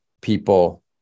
people